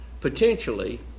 potentially